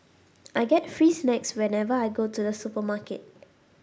I get free snacks whenever I go to the supermarket